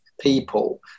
people